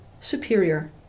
superior